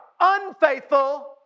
unfaithful